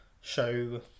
show